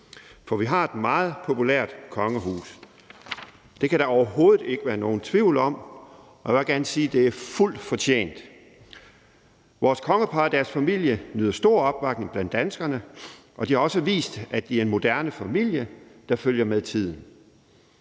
For vi har et meget populært kongehus. Det kan der overhovedet ikke være nogen tvivl om, og jeg vil også gerne sige: Det er fuldt fortjent. Vores kongepar og deres familie nyder stor opbakning blandt danskerne, og de har også vist, at de er en moderne familie, der følger med tiden.